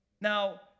Now